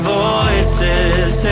voices